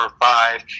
five